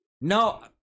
No